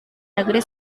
negeri